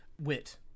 Wit